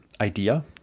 idea